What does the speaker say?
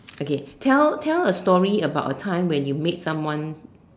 okay tell tell a story about a time when you made someone